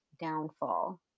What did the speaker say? downfall